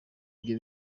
ibyo